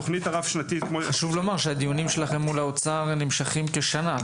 חשוב לומר שהדיונים שלכם מול האוצר נמשכים כשנה,